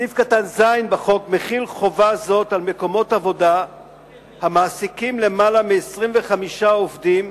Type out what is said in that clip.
סעיף קטן (ז) מחיל חובה זאת על מקומות עבודה המעסיקים יותר מ-25 עובדים,